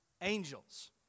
angels